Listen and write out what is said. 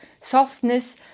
softness